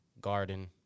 Garden